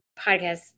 podcast